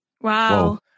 Wow